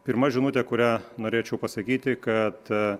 pirma žinutė kurią norėčiau pasakyti kad